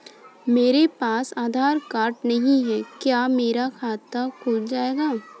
मेरे पास आधार कार्ड नहीं है क्या मेरा खाता खुल जाएगा?